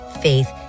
faith